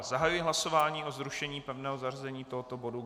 Zahajuji hlasování o zrušení pevného zařazení tohoto bodu.